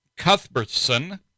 Cuthbertson